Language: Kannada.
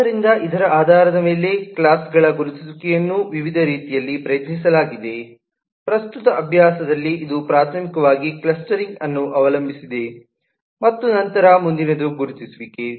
ಆದ್ದರಿಂದ ಇದರ ಆಧಾರದ ಮೇಲೆ ಕ್ಲಾಸ್ ಗಳ ಗುರುತಿಸುವಿಕೆಯನ್ನು ವಿವಿಧ ರೀತಿಯಲ್ಲಿ ಪ್ರಯತ್ನಿಸಲಾಗಿದೆ ಪ್ರಸ್ತುತ ಅಭ್ಯಾಸದಲ್ಲಿ ಇದು ಪ್ರಾಥಮಿಕವಾಗಿ ಕ್ಲಸ್ಟರಿಂಗ್ ಅನ್ನು ಅವಲಂಬಿಸಿದೆ ಮತ್ತು ನಂತರ ಮುಂದಿನದು ಗುರುತಿಸುವಿಕೆ